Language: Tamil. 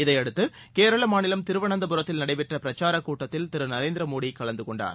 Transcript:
இதையடுத்து கேரள மாநிலம் திருவனந்தபுரத்தில் நடைபெற்ற பிரச்சாரக் கூட்டத்தில் திரு நரேந்திரமோடி கலந்து கொண்டார்